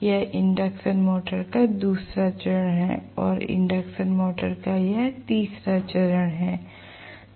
यह induction motor का दूसरा चरण है और इंडक्शन मोटर का यह तीसरा चरण है